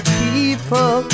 people